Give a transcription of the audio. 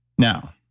now,